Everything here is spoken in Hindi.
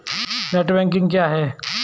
नेट बैंकिंग क्या है?